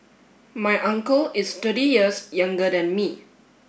my uncle is thirty years younger than me